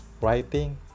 writing